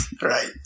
right